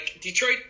Detroit